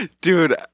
Dude